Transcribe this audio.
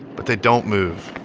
but they don't move.